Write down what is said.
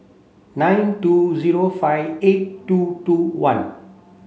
nine two zero five eight two two one